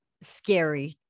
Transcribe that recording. scary